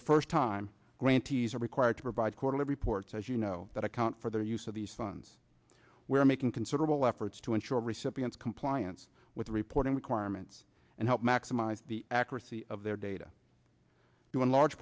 the first time grantees are required to provide quarterly reports as you know that account for their use of these funds were making considerable efforts to ensure recipients compliance with reporting requirements and help maximize the accuracy of their data due in large